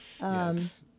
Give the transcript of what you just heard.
Yes